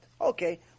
Okay